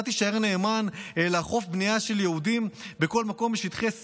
אתה תישאר נאמן לאכוף בנייה של יהודים בכל מקום בשטחי C,